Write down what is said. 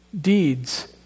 deeds